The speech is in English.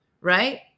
right